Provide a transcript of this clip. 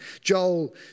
Joel